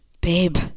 Babe